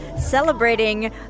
celebrating